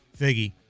Figgy